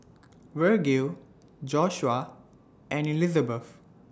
Vergil Joshuah and Elizabeth